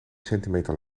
centimeter